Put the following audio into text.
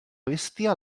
bèstia